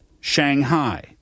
Shanghai